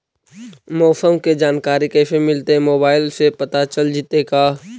मौसम के जानकारी कैसे मिलतै मोबाईल से पता चल जितै का?